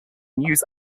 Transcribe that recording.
news